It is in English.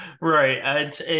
right